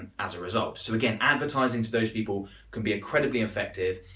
as a result. so again advertising to those people can be incredibly effective.